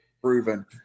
proven